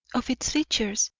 of its features,